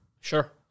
sure